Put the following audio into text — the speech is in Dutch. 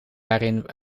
waarin